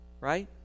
right